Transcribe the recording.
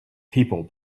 people